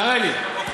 תראה לי.